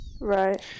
Right